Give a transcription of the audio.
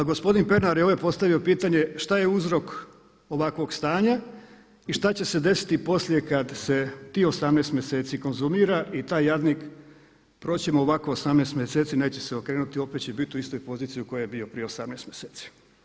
I na kraju, gospodin Penar je ovdje postavio pitanje šta je uzrok ovakvog stanja i šta će se desiti poslije kad se tih 18 mjeseci konzumira i taj jadnik, proći će mu ovako 18 mjeseci, neće se okrenuti, opet će biti u istoj poziciji u kojoj je bio prije 18 mjeseci.